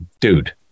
dude